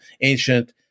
ancient